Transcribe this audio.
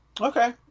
Okay